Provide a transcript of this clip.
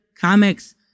comics